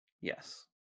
Yes